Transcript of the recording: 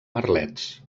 merlets